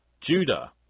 Judah